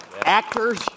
Actors